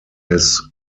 his